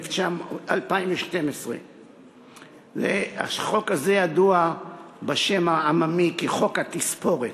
התשע"ב 2012. החוק הזה ידוע בשם העממי כ"חוק התספורת".